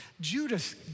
Judas